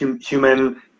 human